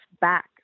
back